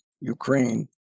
Ukraine